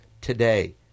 today